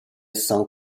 saint